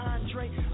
Andre